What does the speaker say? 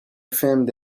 filmed